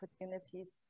opportunities